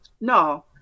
no